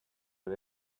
but